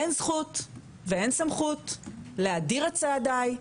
אין זכות ואין סמכות להדיר את צעדיי,